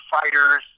fighters